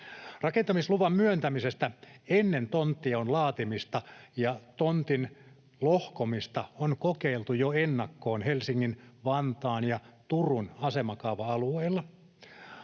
Rakentamisluvan myöntämistä ennen tonttijaon laatimista ja tontin lohkomista on kokeiltu jo ennakkoon Helsingin, Vantaan ja Turun asemakaava-alueella.